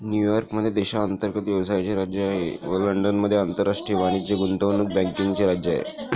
New York मध्ये देशांतर्गत व्यवसायाचे राज्य आहे व लंडनमध्ये आंतरराष्ट्रीय वाणिज्य गुंतवणूक बँकिंगचे राज्य आहे